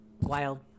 wild